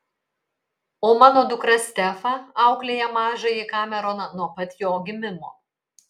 o mano dukra stefa auklėja mažąjį kameroną nuo pat jo gimimo